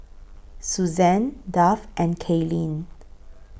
Suzann Duff and Kaylene